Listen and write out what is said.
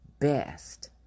best